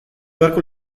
beharko